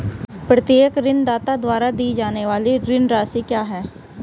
प्रत्येक ऋणदाता द्वारा दी जाने वाली ऋण राशि क्या है?